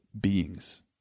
beings